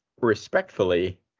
respectfully